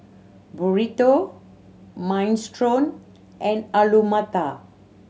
Burrito Minestrone and Alu Matar